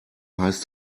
heißt